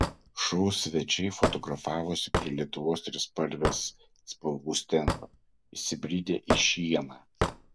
šou svečiai fotografavosi prie lietuvos trispalvės spalvų stendo įsibridę į šieną